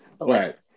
Right